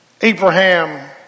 Abraham